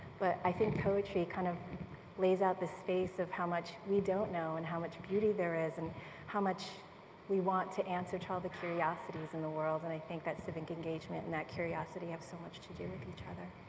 but i think poetry kind of lays out the space of how much we don't know and how much beauty there is and how much we want to answer to all the curiosities in the world and i think that civic engagement and that curiosity have so much to do with each other.